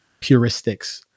puristics